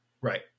Right